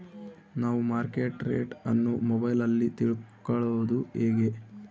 ನಾವು market rate ಅನ್ನು ಮೊಬೈಲಲ್ಲಿ ತಿಳ್ಕಳೋದು ಹೇಗೆ?